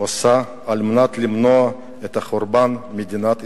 עושה על מנת למנוע את חורבן מדינת ישראל?